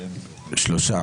מי נגד?